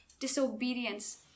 disobedience